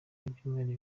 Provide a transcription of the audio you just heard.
y’ibyumweru